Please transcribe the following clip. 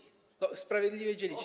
Sprawiedliwie dzielić.